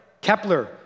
Kepler